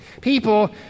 people